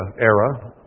era